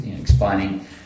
explaining